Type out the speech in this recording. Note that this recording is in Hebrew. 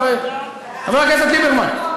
חבר הכנסת ליברמן.